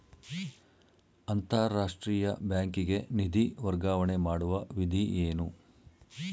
ಅಂತಾರಾಷ್ಟ್ರೀಯ ಬ್ಯಾಂಕಿಗೆ ನಿಧಿ ವರ್ಗಾವಣೆ ಮಾಡುವ ವಿಧಿ ಏನು?